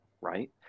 right